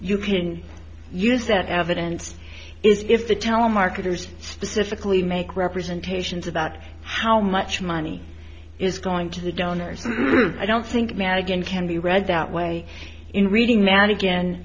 you can use that evidence is if the telemarketers specifically make representations about how much money is going to the donors i don't think man again can be read that way in reading now and again